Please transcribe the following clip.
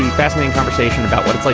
fascinating conversation about what it's like